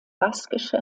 baskische